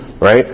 right